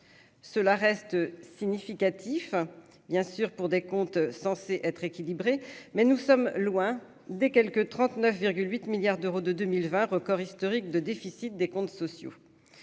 cela reste significatif, bien sûr, pour des comptes censé être équilibré, mais nous sommes loin des quelque 39 8 milliards d'euros de 2020 record historique de déficit des comptes sociaux